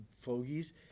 fogies